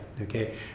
Okay